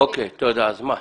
אוקי, תודה, אז מה?